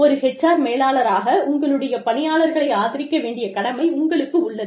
ஒரு HR மேலாளராக உங்களுடைய பணியாளர்களை ஆதரிக்க வேண்டிய கடமை உங்களுக்கு உள்ளது